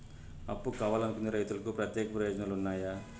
అప్పు కావాలనుకునే రైతులకు ప్రత్యేక ప్రయోజనాలు ఉన్నాయా?